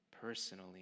personally